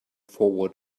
forward